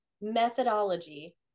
methodology